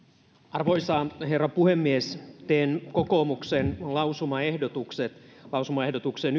arvoisa herra puhemies teen kokoomuksen lausumaehdotukset lausumaehdotukset